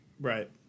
Right